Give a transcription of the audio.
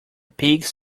pigs